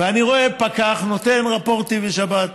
אני רואה פקח נותן רפורטים בשבת.